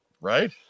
Right